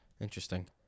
Interesting